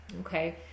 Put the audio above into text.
Okay